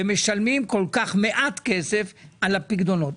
ומשלמים כל כך מעט כסף על פיקדונות?